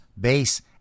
base